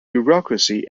bureaucracy